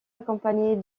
accompagnée